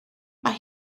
mae